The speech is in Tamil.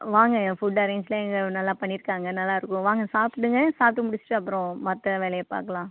வாங்க ஃபுட் அரேஞ்சுலாம் இங்கே நல்லா பண்ணிருக்காங்கள் நல்லாயிருக்கும் வாங்க சாப்பிடுங்க சாப்பிட்டு முடிச்சுட்டு அப்புறம் மற்ற வேலையை பார்க்கலாம்